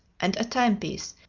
and a timepiece,